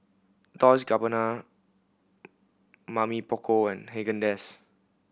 Dolce Gabbana Mamy Poko and Haagen Dazs